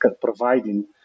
providing